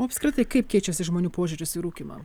apskritai kaip keičiasi žmonių požiūris į rūkymą